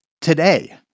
today